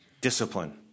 Discipline